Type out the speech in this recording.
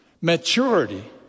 maturity